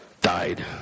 died